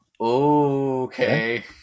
Okay